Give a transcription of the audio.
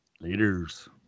Leaders